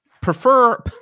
Prefer –